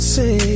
say